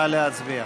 נא להצביע.